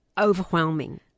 overwhelming